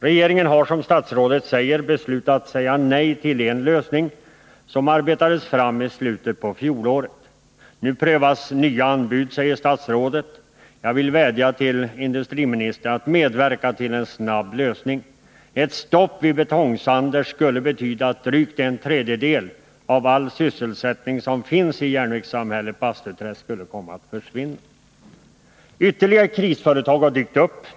Regeringen har — som statsrådet säger — beslutat säga nej till en lösning som arbetades fram i slutet på fjolåret. Nu prövas nya anbud, säger statsrådet. Jag vill vädja till industriministern att medverka till en snabb lösning. Ett stopp vid Betong-Sander skulle betyda att drygt en tredjedel av all sysselsättning som finns i järnvägssamhället Bastuträsk skulle komma att försvinna. Ytterligare ett krisföretag har dykt upp.